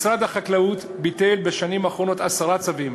משרד החקלאות ביטל בשנים האחרונות עשרה צווים,